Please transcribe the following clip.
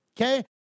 Okay